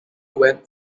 went